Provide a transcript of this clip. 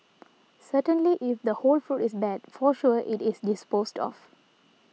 certainly if the whole fruit is bad for sure it is disposed of